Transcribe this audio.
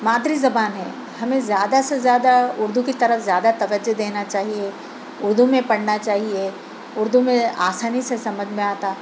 مادری زبان ہے ہمیں زیادہ سے زیادہ اُردو کی طرف زیادہ توجہ دینا چاہئے اُردو میں پڑھنا چاہئے اُردو میں آسانی سے سمجھ میں آتا